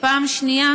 ופעם שנייה